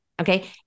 Okay